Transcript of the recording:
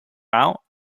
out